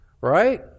right